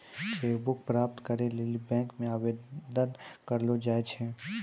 cheque book प्राप्त करै लेली बैंक मे आवेदन करलो जाय छै